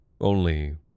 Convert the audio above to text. Only